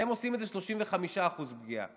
הם עושים את זה 35% פגיעה.